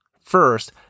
First